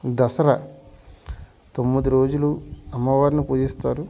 దసరా తొమ్మిది రోజులు అమ్మవారిని పూజిస్తారు